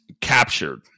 captured